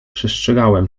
przestrzegałem